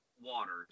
waters